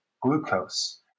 glucose